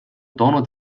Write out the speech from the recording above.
toonud